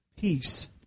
peace